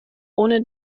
ohne